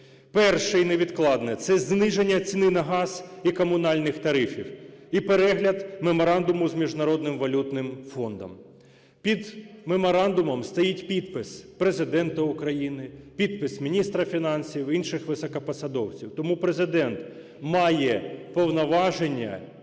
Перше, і невідкладне, – це зниження ціни на газ і комунальних тарифів і перегляд меморандуму з Міжнародним валютним фондом. Під меморандумом стоїть підпис Президента України, підпис міністра фінансів, інших високопосадовців. Тому Президент має повноваження,